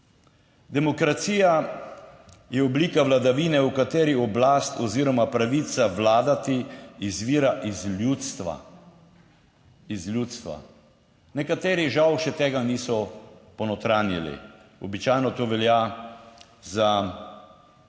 Demokracija je oblika vladavine, v kateri oblast oziroma pravica vladati izvira iz ljudstva, iz ljudstva. Nekateri, žal, še tega niso ponotranjili. Običajno to velja za nove